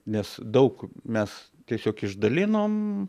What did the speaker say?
nes daug mes tiesiog išdalinom